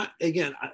again